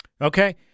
Okay